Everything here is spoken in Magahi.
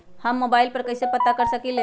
हम मोबाइल पर कईसे पता कर सकींले?